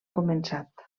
començat